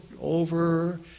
over